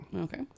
Okay